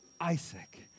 Isaac